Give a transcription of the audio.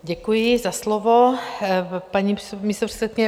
Děkuji za slovo, paní místopředsedkyně.